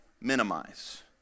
minimize